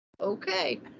okay